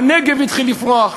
הנגב התחיל לפרוח,